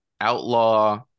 outlaw